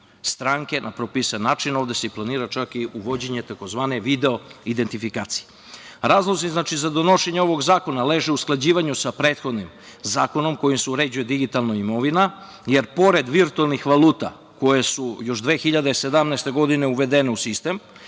na propisan način. Ovde se planira čak i uvođenje tzv. video identifikacije. Razlozi za donošenje ovog zakona leže u usklađivanju sa prethodnim zakonom kojim se uređuje digitalna imovina, jer pored virtuelnih valuta koje su još 2017. godine uvedene u sistem,